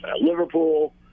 Liverpool